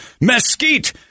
mesquite